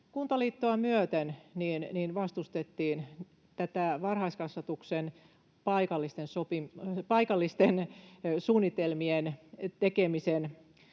Kuntaliittoa myöten, niin vastustettiin tätä varhaiskasvatuksen paikallisten suunnitelmien tekemisen